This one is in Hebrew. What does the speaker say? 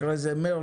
אחרי זה מרגי,